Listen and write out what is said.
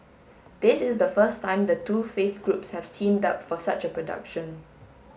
this is the first time the two faith groups have teamed up for such a production